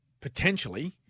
potentially